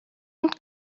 und